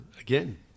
Again